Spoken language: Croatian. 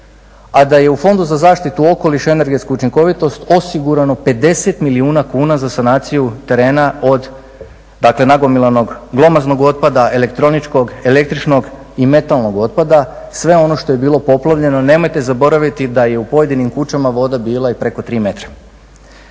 a da je u Fondu za zaštitu okoliša i energetsku učinkovitost osigurano 50 milijuna kuna za sanaciju terena od dakle nagomilanog glomaznog otpada, elektroničkog, električnog i metalnog otpada. Sve ono što je bilo poplavljeno. Nemojte zaboraviti da je u pojedinim kućama voda bila i preko 3 metra.